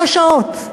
שש שעות.